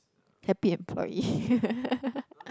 happy employee